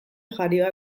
jarioa